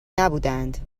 نبودهاند